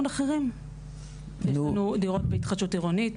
אחרים יש לנו דירות בהתחדשות עירונית,